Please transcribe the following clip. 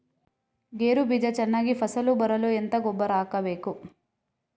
ಗೇರು ಬೀಜ ಚೆನ್ನಾಗಿ ಫಸಲು ಬರಲು ಎಂತ ಗೊಬ್ಬರ ಹಾಕಬೇಕು?